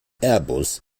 airbus